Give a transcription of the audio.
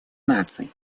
наций